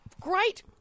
great